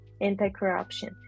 anti-corruption